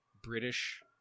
british